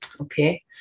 Okay